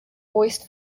voiced